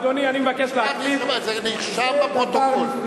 אדוני, אני מבקש, חבר'ה, זה נרשם בפרוטוקול.